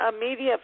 media